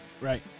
Right